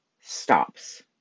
stops